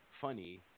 funny